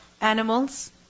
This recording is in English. Animals